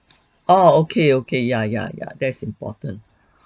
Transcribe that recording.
oh okay okay ya ya ya that's important